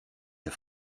der